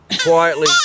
quietly